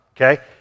Okay